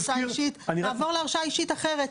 נעבור להרשאה אישית אחרת.